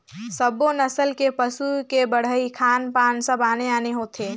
सब्बो नसल के पसू के बड़हई, खान पान सब आने आने होथे